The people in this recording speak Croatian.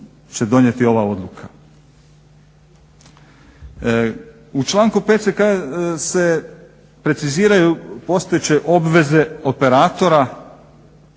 U članku 5. se preciziraju postojeće obveze operatora